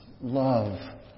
love